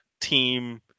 team